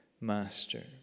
master